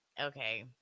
okay